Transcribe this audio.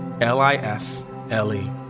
L-I-S-L-E